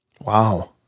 Wow